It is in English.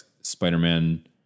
Spider-Man